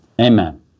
Amen